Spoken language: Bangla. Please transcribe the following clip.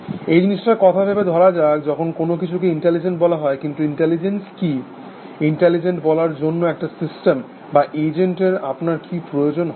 এই জিনিসটার কথা ভেবে ধরা যাক যখন কোনো কিছুকে ইন্টেলিজেন্ট বলা হয় কিন্তু ইন্টেলিজেন্স কি ইন্টেলিজেন্ট বলার জন্য একটা সিস্টেম বা এজেন্টের আপনার কি প্রয়োজন হবে